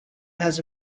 has